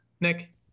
Nick